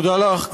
תודה לך,